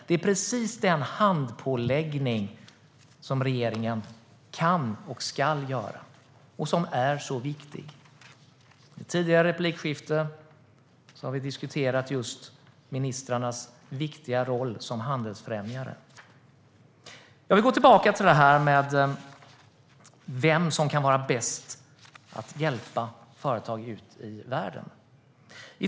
Det är precis den handpåläggning som regeringen kan och ska göra och som är så viktig. I tidigare replikskiften har vi diskuterat just ministrarnas viktiga roll som handelsfrämjare. Jag vill gå tillbaka till detta med vem som kan vara bäst på att hjälpa företag ut i världen.